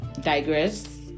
digress